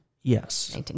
Yes